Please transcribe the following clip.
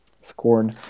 Scorn